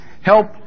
Help